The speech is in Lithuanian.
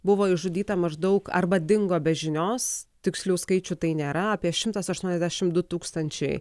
buvo išžudyta maždaug arba dingo be žinios tikslių skaičių tai nėra apie šimtas aštuoniasdešimt du tūkstančiai